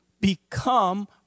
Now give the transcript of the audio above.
become